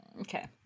okay